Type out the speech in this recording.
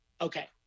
okay